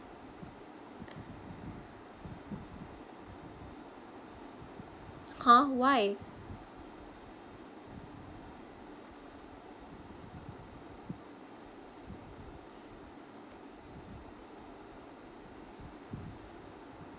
!huh! why